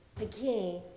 again